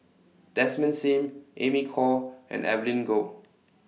Desmond SIM Amy Khor and Evelyn Goh